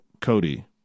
Cody